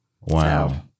Wow